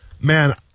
Man